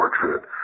portrait